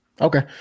Okay